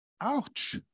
Ouch